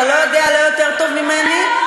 אתה לא יודע יותר טוב ממני,